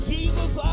Jesus